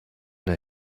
der